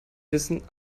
wissen